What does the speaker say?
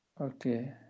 Okay